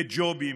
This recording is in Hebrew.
בג'ובים,